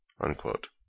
Unquote